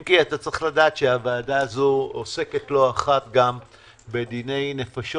אם כי אתה צריך לדעת שהוועדה הזאת עוסקת לא אחת גם בדיני נפשות,